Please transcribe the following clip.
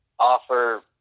offer